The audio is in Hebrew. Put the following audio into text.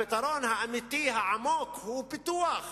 הפתרון האמיתי העמוק הוא פיתוח.